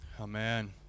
Amen